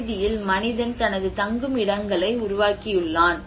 இறுதியில் மனிதன் தனது தங்குமிடங்களை உருவாக்கியுள்ளான்